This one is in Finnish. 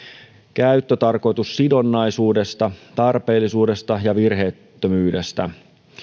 käyttötarkoitussidonnaisuudesta tarpeellisuudesta ja virheettömyydestä